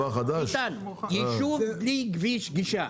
ביטן, יישוב בלי כביש גישה.